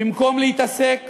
במקום להתעסק